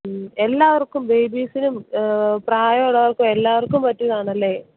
മ്മ് എല്ലാവർക്കും ബേബീസിനും പ്രായമുള്ളവർക്കും എല്ലാവർക്കും പറ്റിയതാണല്ലേ